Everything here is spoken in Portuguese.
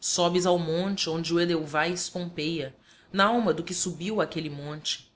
sobes ao monte ondeo edelweiss pompeia nalma do que subiu àquele monte